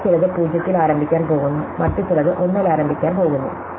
അവയിൽ ചിലത് 0 ത്തിൽ ആരംഭിക്കാൻ പോകുന്നു മറ്റുചിലത് 1 ൽ ആരംഭിക്കാൻ പോകുന്നു